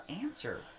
answer